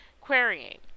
querying